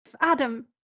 Adam